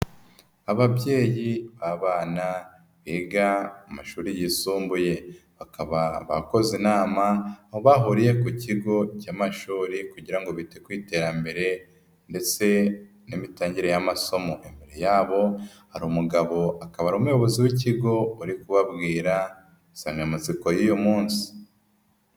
Ababyeyi, abana, biga mu mashuri yisumbuye bakaba bakoze inama aho bahuriye ku kigo cy'amashuri kugira ngo bite ku iterambere ndetse n'imitangire y'amasomo, imbere yabo hari umugabo akaba ari umuyobozi w'ikigo uri kubabwira insanyamatsiko y'uyu munsi.